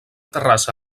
terrassa